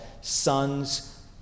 sons